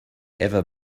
ever